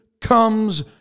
comes